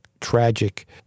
tragic